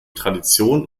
tradition